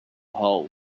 hole